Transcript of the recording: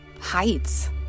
heights